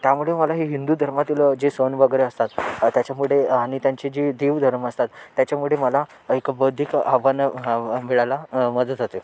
त्यामुळे मला हे हिंदू धर्मातील जे सण वगैरे असतात त्याच्यामुळे आणि त्यांची जी देव धर्म असतात त्याच्यामुळे मला एक बौद्धिक आव्हानं मिळायला मदत होते